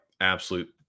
absolute